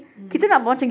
mm